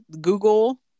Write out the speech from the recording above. Google